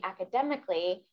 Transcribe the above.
academically